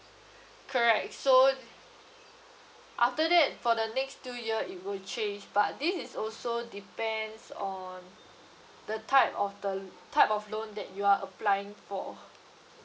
correct so after that for the next two year it will change but this is also depends on the type of the l~ type of loan that you are applying for